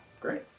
Great